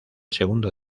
segundo